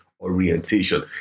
orientation